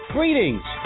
Greetings